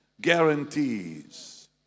guarantees